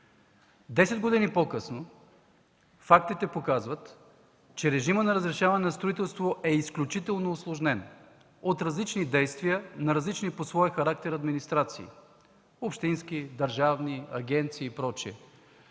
години по-късно фактите показват, че режимът на разрешение за строителство е изключително усложнен от различни действия на различни по своя характер администрации – общински, държавни, агенции и